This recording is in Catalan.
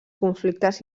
conflictes